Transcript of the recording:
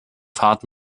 fahrt